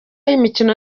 y’imikino